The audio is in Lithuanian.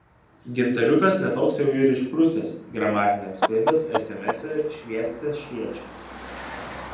gintariukas ne toks jau ir išprusęs gramatinės klaidos esemese švieste šviečia